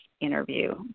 interview